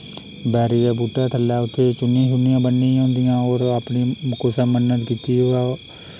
बैरी दे बूह्टे थल्लै उत्थै चुन्नी शुन्नियां ब'न्नी दियां होंदियां और अपनी कुसै मन्नत कीती होऐ